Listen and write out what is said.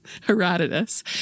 Herodotus